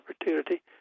opportunity